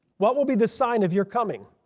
what will be the sign of your coming?